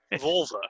Vulva